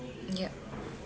yup